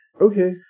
Okay